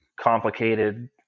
complicated